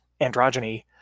androgyny